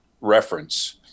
reference